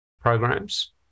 programs